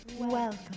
Welcome